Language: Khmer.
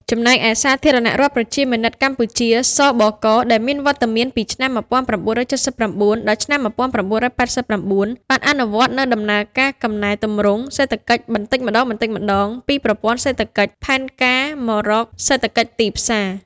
ចំណែកឯសាធារណរដ្ឋប្រជាមានិតកម្ពុជា ស.ប.ក.ដែលមានវត្តមានពីឆ្នាំ ១៩៧៩ ដល់ឆ្នាំ ១៩៨៩ បានអនុវត្តនូវដំណើរការកំណែទម្រង់សេដ្ឋកិច្ចបន្តិចម្ដងៗពីប្រព័ន្ធសេដ្ឋកិច្ចផែនការមករកសេដ្ឋកិច្ចទីផ្សារ។